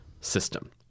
system